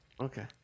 Okay